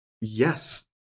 Yes